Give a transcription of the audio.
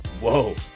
Whoa